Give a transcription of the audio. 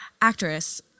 actress